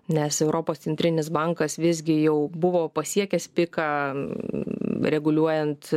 nes europos centrinis bankas visgi jau buvo pasiekęs piką reguliuojant